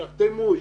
שיחתמו,